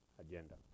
agenda